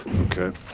okay.